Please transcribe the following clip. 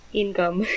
income